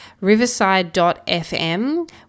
riverside.fm